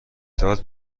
داده